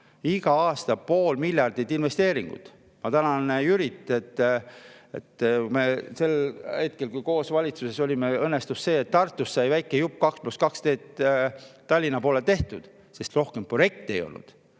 vähemalt pool miljardit investeeringuid. Ma tänan Jürit, et meil sel hetkel, kui koos valitsuses olime, õnnestus see, et Tartust sai väike jupp 2 + 2 teed Tallinna poole tehtud, sest rohkem projekte ei olnud.